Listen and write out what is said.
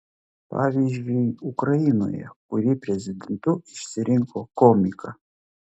pavyzdžiui ukrainoje kuri prezidentu išsirinko komiką